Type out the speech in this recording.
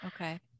Okay